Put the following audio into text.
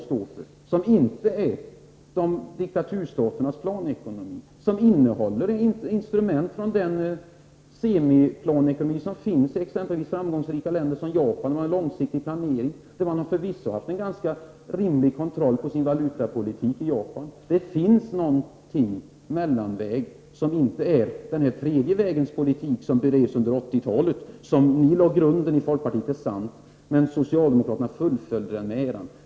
Den är inte densamma som diktaturstaternas planekonomi, utan den innehåller instrument från den semiplanekonomi som finns i framgångsrika länder som Japan, som har en långsiktig planering. I Japan har man förvisso haft en ganska rimlig kontroll över sin valutapolitik. Det finns en medelväg som inte är den tredje vägens politik, vilken bedrevs under 80-talet. Det är riktigt att folkpartiet lade grunden för den, men det var socialdemokraterna som fullföljde den med den äran.